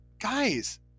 guys